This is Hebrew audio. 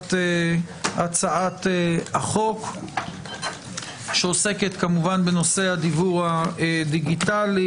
הצעת החוק שעוסקת כמובן בנושא הדיוור הדיגיטלי.